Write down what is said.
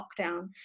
lockdown